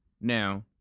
Now